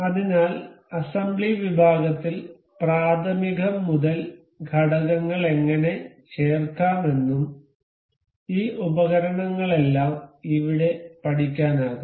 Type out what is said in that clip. അതിനാൽ അസംബ്ലി വിഭാഗത്തിൽ പ്രാഥമികം മുതൽ ഘടകങ്ങൾ എങ്ങനെ ചേർക്കാമെന്നും ഈ ഉപകരണങ്ങളെല്ലാം ഇവിടെ പഠിക്കാനാകും